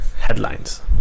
headlines